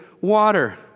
water